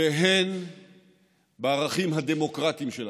ואת הערכים הדמוקרטיים שלנו.